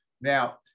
Now